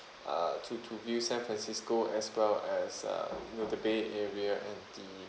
uh to to view san francisco as well as uh you know the bay area and the